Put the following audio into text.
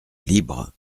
libre